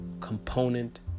component